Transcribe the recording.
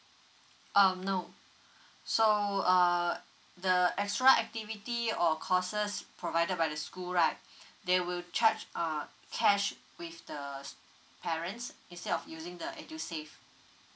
um no so uh the extra activity or courses provided by the school right they will charge uh cash with the parents instead of using the edusave